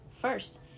first